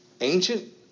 Ancient